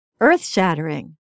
earth-shattering